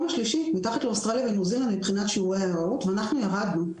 השלישי מתחת לאוסטרליה וניו זילנד מבחינת שיעורי --- ואנחנו ירדנו,